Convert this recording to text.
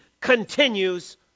continues